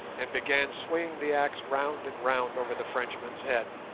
and began swinging the axe round and round over the frenchman's head.